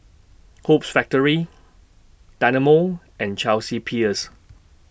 Hoops Factory Dynamo and Chelsea Peers